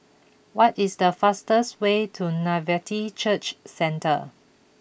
what is the fastest way to Nativity Church Centre